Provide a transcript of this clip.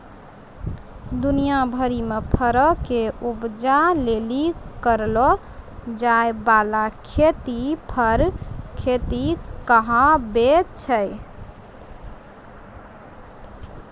दुनिया भरि मे फरो के उपजा लेली करलो जाय बाला खेती फर खेती कहाबै छै